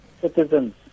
citizens